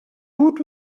woot